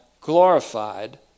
glorified